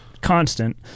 constant